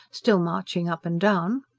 still marching up and down.